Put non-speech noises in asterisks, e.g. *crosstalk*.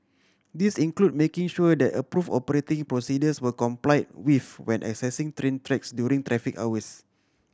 these include making sure that approved operating procedures were complied *unintelligible* when accessing train tracks during traffic hours